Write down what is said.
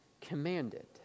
commanded